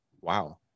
wow